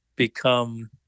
become